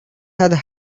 had